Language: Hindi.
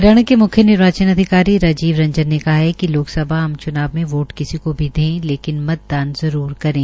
हरियाणा के मुख्य निर्वाचन अधिकारी राजीव रंजन ने कहा है कि लोकसभा आम च्नाव में वोट किसी को भी दें लेकिन मतदान जरूर करें